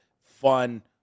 fun